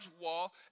wall